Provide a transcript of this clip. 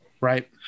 right